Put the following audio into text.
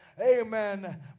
Amen